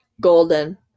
golden